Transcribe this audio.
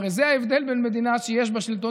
הרי זה ההבדל בין מדינה שיש בה שלטון